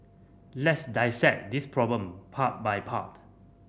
let's dissect this problem part by part